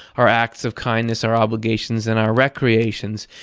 our acts of kindness, our obligations, and our recreations.